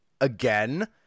again